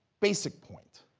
basic point